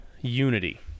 unity